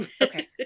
Okay